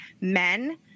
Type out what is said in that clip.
men